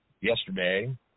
yesterday